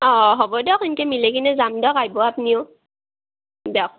অঁ হ'ব দক এংকে মিলাই কিনে যাম দক আইভ আপনিও দিয়ক